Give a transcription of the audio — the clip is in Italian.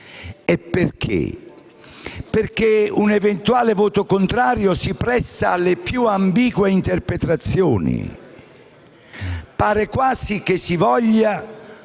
questo perché un eventuale voto contrario si presta alle più ambigue interpretazioni. Pare quasi che si vogliano